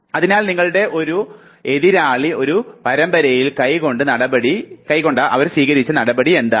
അതിനാൽ നിങ്ങളുടെ എതിരാളി ഒരു പരമ്പരയിൽ കൈക്കൊണ്ട നടപടി എന്തായിരുന്നു